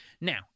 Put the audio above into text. Now